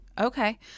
okay